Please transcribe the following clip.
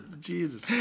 Jesus